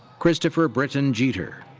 christopher britain jeter.